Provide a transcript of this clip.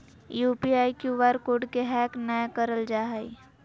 UPI, Q R code के hack नयय करल जा हइ